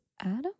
Adam